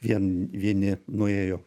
vien vieni nuėjo